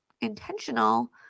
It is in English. intentional